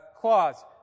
clause